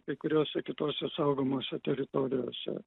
kai kuriose kitose saugomose teritorijose